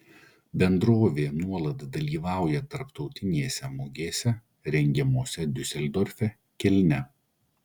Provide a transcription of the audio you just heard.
bendrovė nuolat dalyvauja tarptautinėse mugėse rengiamose diuseldorfe kelne